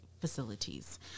facilities